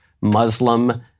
Muslim